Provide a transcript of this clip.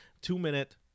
two-minute